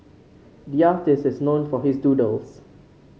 the artist is known for his doodles